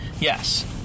yes